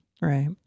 Right